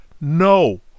No